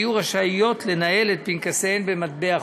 הן יהיו רשאיות לנהל את פנקסיהן במטבע חוץ.